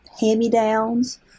hand-me-downs